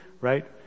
right